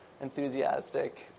enthusiastic